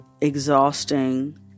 exhausting